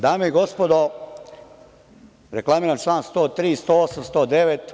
Dame i gospodo, reklamiram čl. 103, 108. i 109.